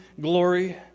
glory